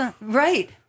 right